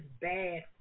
bad